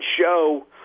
show